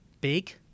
big